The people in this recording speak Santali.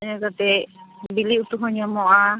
ᱛᱟᱦᱮᱸ ᱠᱟᱛᱮ ᱵᱤᱞᱤ ᱩᱛᱩ ᱦᱚᱸ ᱧᱟᱢᱚᱜᱼᱟ